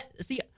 see